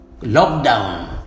lockdown